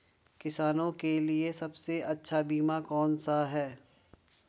किसानों के लिए सबसे अच्छा बीमा कौन सा है?